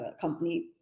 company